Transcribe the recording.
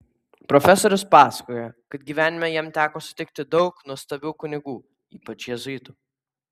profesorius pasakoja kad gyvenime jam teko sutikti daug nuostabių kunigų ypač jėzuitų